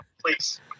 Please